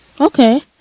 Okay